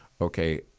okay